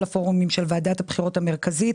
הפורומים של ועדת הבחירות המרכזית,